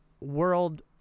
world